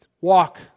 walk